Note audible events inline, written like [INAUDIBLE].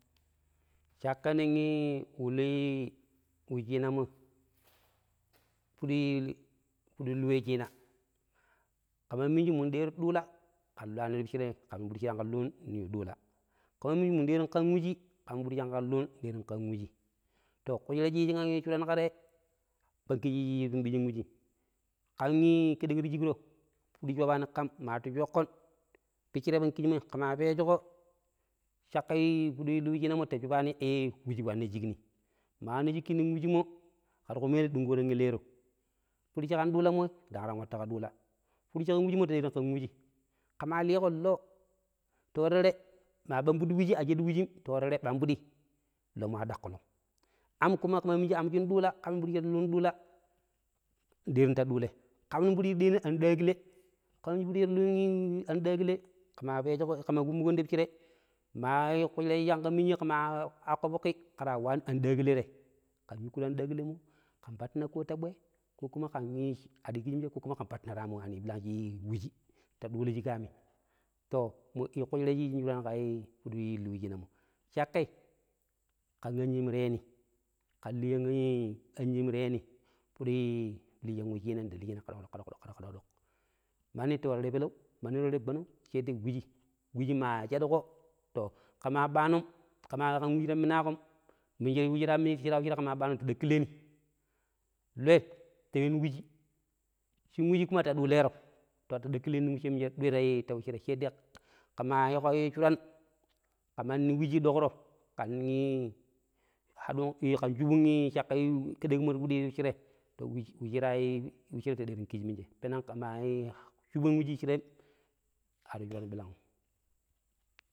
﻿Cakka ning wu lu wuciinama fudi lu wuciina ke maa miniji mun [NOISE] deero duula kar lwaani ti piccirem kam nong fudu shi kara luun nyu duula kemaa minyi mu deeron kan wujii kam nong fudi shi ke ra luun ndeeron kan wujii. To kushira shi yiijin shuran ka te pang kiji shi tunbijin wuji kan ii kedek ti shikro, fudi shopaani kam maa ti shoƙƙon piccirei pang kijimoi ke maa peejuƙo cakƙi fudu in wuciinamo ta shubaani i wuji wanna shikni maa wanna shikki nong wujimo, kera kuma elei dungkuko tang yu eleero fudi shi kan duula mo dang ran wattu ka duula fudi shi kan wujimo ta deeron kan wujii. Ke maa likon loo ta yu tere maa bambidi wuji ashaɗu wujim ta yu tere ɓambidi loommo a daƙƙulom aam kuma ke maa miniji aam shin ɗuula ƙaam nong fudi shi ta lnun duula ndeeron ta duulai kam nong fudi shi ta deero andaaƙile ƙam nong fudi shi ta luun anɗaakile ke maa peejuko kemaa kummuƙon ti piccirei maa kushira shin ƙa miniji ƙema aƙƙo foƙƙi kera waan andaakile tayei ƙen yuƙkuru anɗaakilemmo ƙen pattina ko ta bwee ko kuma ƙen adi kiji mije, ko kuma ken pattina ta aamwaani birang shi wiyi ta duulo shik aami. To, i mo kushira shi yiijin shuuran ka fuɗii lu wuciina mo. Cakkai kan anyem ta yeeni kan liiyan anyem ta yieni kan liiyan anyem ta yieni liiyan wuciina ndi liina ka dok - ka - dok. Mauni ta yu tere peleu, manni ta yu tere gbonong she dai wujii, wuji maa shaduko to, ke maa baanon, ke maa ƙan wuji ta minaaƙom we shi ta wushirai ke maa baanon ta daƙƙileeni, loi ta yuweni wuji shin wuji kuma ta duuleero to, ta dakkileeni nong woccire doi ta woccire, she dai ke maa yiiko shuran ka manni wuji dokro ƙen hadun ƙen shabun cakkai kedema ti fudi ti peccirei to wiyi shira piccire ta deeron kijimije peneng ke maa shubun weshiraku ar yu shuran birang.